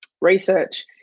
research